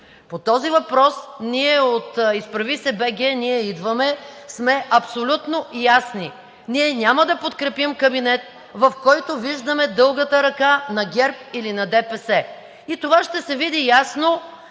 По този въпрос ние от „Изправи се БГ! Ние идваме!“ сме абсолютно ясни – ние няма да подкрепим кабинет, в който виждаме дългата ръка на ГЕРБ или на ДПС. Това ще се види ясно